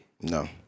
No